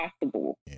possible